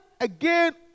again